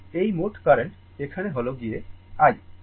এই মোট কারেন্ট এখানে হল গিয়ে i